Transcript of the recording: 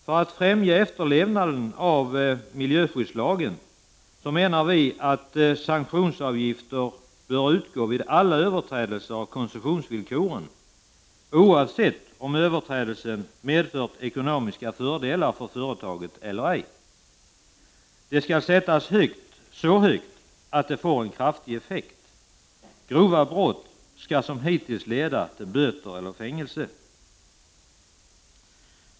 För att främja efterlevnaden av miljöskyddslagen menar vi att sanktionsavgifter bör utgå vid alla överträdelser av koncessionsvillkoren, oavsett om överträdelsen medfört ekonomiska fördelar för företaget eller ej. Avgiften skall sättas så högt att den får kraftig effekt. Grova brott skall som hittills leda till böter eller fängelse.